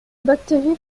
bactéries